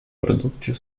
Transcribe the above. продуктів